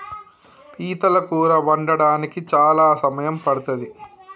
పీతల కూర వండడానికి చాలా సమయం పడ్తది